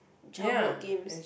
childhood games